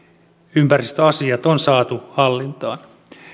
ympäristöasiat on saatu hallintaan